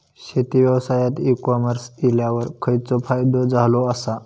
शेती व्यवसायात e commerce इल्यावर खयचो फायदो झालो आसा?